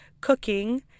cooking